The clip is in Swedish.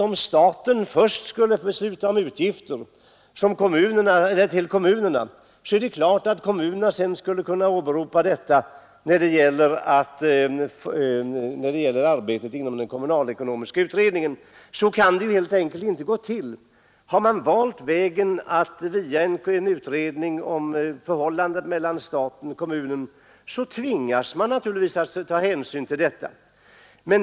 Om staten först skulle besluta om bidrag till kommunerna är det klart att kommunerna sedan skulle kunna åberopa detta när det gäller arbetet inom den kommunalekonomiska utredningen. Så kan det helt enkelt inte gå till. Har man valt vägen att via en utredning reglera förhållandet mellan stat och kommun, tvingas man naturligtvis ta hänsyn till detta.